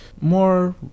More